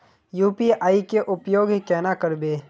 UPI के उपयोग केना करबे?